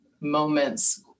moments